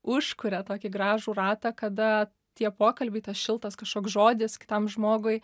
užkuria tokį gražų ratą kada tie pokalbiai tas šiltas kažkoks žodis kitam žmogui